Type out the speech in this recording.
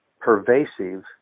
pervasive